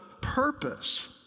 purpose